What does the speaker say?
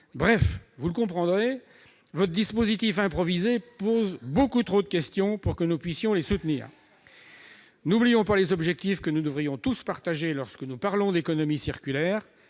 Bref, vous le comprendrez, votre dispositif improvisé pose beaucoup trop de questions pour que nous puissions le soutenir. N'oublions pas les objectifs que nous devrions tous partager lorsque nous parlons d'économie circulaire